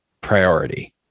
priority